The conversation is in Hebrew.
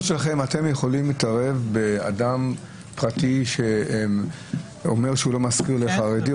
שלכם אתם יכולים להתערב כשאדם פרטי אומר שהוא לא משכיר לחרדי?